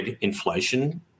inflation